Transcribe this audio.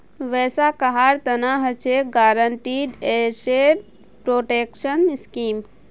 वैसा कहार तना हछेक गारंटीड एसेट प्रोटेक्शन स्कीम